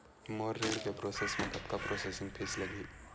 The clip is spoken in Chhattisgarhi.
मोर ऋण के प्रोसेस म कतका प्रोसेसिंग फीस लगही?